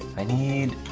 i need